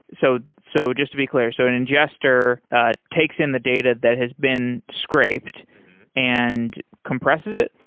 so so just to be clear. so an ingester takes in the data that has been scraped and compresses it?